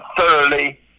thoroughly